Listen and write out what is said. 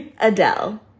Adele